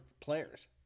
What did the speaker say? players